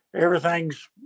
Everything's